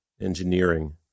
engineering